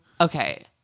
Okay